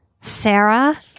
Sarah